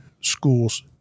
schools